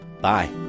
Bye